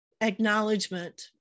acknowledgement